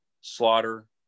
slaughter